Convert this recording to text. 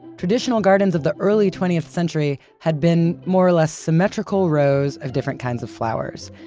traditional gardens of the early twentieth century had been, more or less, symmetrical rows of different kinds of flowers.